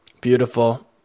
Beautiful